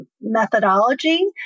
methodology